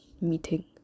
meeting